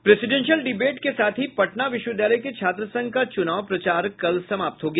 presidential डिवेट के साथ ही पटना विश्वविद्यालय के छात्र संघ का चुनाव प्रचार कल समाप्त हो गया